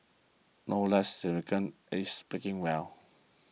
no less significant is speaking well